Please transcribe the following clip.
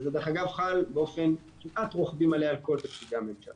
וזה דרך אגב חל באופן כמעט רוחבי מלא על כל תקציבי הממשלה.